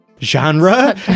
genre